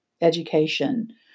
education